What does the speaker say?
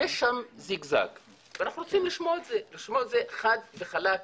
יש שם זיג-זג ואנחנו רוצים לשמוע את זה חד וחלק.